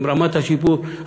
עם רמת השירות,